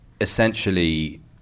essentially